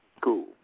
Cool